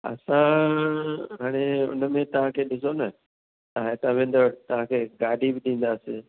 असां हाणे उन में तव्हांखे ॾिसो न तव्हां हितां वेंदव तव्हांखे गाॾी बि ॾींदासीं